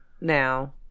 Now